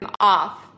off